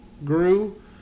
grew